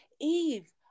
eve